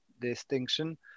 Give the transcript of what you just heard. distinction